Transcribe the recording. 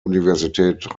universität